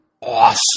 awesome